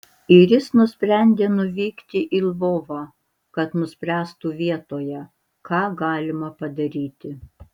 ir jis nusprendė nuvykti į lvovą kad nuspręstų vietoje ką galima padaryti